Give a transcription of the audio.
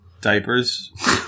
Diapers